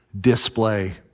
display